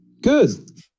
Good